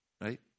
right